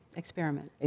experiment